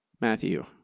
Matthew